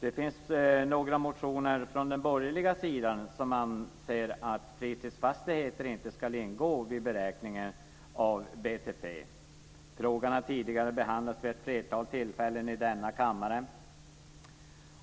Det finns några motioner från den borgerliga sidan om att fritidsfastigheter inte ska ingå vid beräkningen av BTP. Frågan har tidigare behandlats vid ett flertal tillfällen i denna kammare.